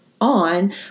on